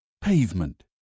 Pavement